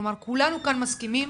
כולנו כאן מסכימים,